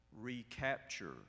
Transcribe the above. recapture